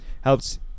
helps